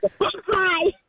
Hi